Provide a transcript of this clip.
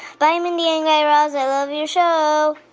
bye, mindy and guy raz. i love your show